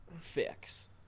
fix